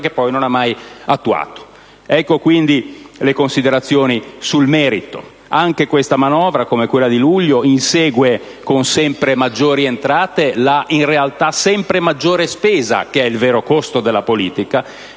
che poi non ha mai attuato. Ecco quindi le considerazioni sul merito. Anche questa manovra, come quella di luglio, insegue con sempre maggiori entrate quella che è in realtà la sempre maggiore spesa, che è il vero costo della politica,